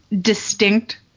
distinct